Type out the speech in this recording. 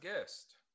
guest